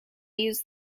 used